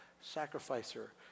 sacrificer